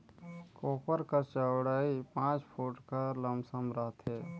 कोपर कर चउड़ई पाँच फुट कर लमसम रहथे